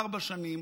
ארבע שנים,